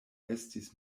estis